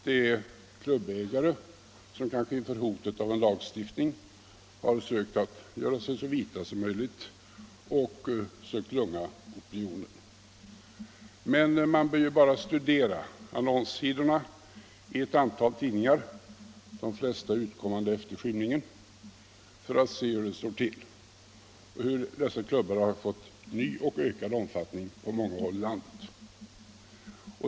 Det är klubbägare som, kanske inför hotet av en lagstiftning, har försökt göra sig så vita som möjligt och försökt lugna opinionen. Men man behöver bara studera annonssidorna i ett antal tidningar — de flesta utkommande efter skymningen — för att se hur det står till och hur dessa kiubbar har fått ny och ökad omfattning på många håll i landet.